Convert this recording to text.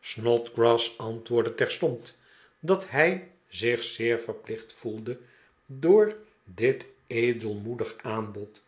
snodgrass antwoordde ter'stond dat hij zich zeer verplicht gevoelde door dit edelmoedig aanbod